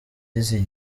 yaziye